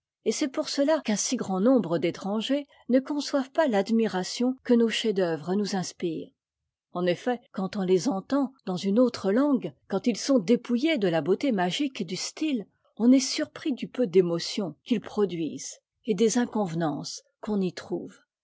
et c'est pour cela qu'un si grand nombre d'étrangers ne conçoivent pas l'admiration que nos chefs-d'œuvre nous inspirent en effet quand on tes entend dans une autre tangue quand its sont dépouittés de la beauté magique du style on est'surpris du peu d'émotion qu'ils produisent études inconvenances qu'on y trouve